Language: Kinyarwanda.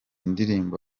ndirimbo